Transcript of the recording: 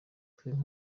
twebwe